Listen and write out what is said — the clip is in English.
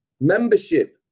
Membership